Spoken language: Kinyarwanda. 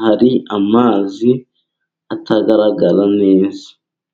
hari amazi atagaragara neza.